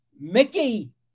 Mickey